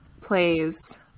plays